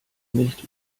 nicht